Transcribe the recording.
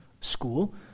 school